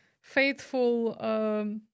faithful